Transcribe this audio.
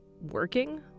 working